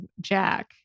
Jack